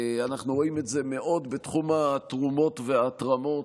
אנחנו רואים את זה מאוד בתחום התרומות וההתרמות.